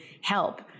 help